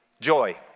joy